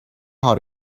how